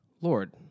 Lord